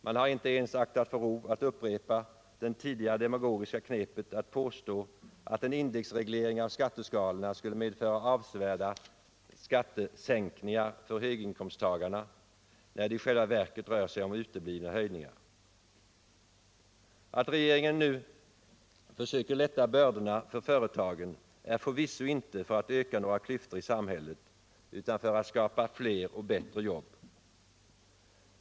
Man har inte ens aktat för rov att upprepa det tidigare demagogiska knepet att påstå att en indexreglering av skatteskalorna skulle medföra avsevärda skattesänkningar för höginkomsttagarna, när det i själva verket rör sig om uteblivna höjningar. Att regeringen nu försöker lätta bördorna för företagen betyder förvisso inte att man vill öka klyftorna i samhället, utan att man vill skapa fler och bättre jobb.